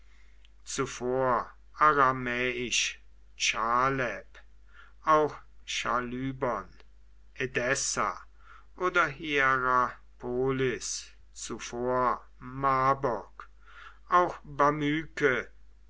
zuvor aramäisch chaleb auch chalybon edessa oder hierapolis zuvor mabog auch